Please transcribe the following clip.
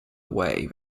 away